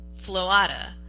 Floata